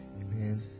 Amen